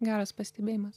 geras pastebėjimas